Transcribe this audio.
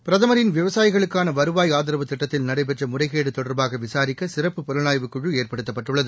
பிரதமரின் விவசாயிகளுக்கான வருவாய் ஆதரவு திட்டத்தில் நடைபெற்ற முறைகேடு தொடர்பாக விசாரிக்க சிறப்பு புலனாய்வு ஏற்படுத்தப்பட்டுள்ளது